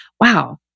wow